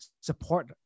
support